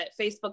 Facebook